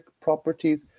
properties